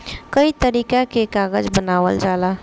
कई तरीका के कागज बनावल जाला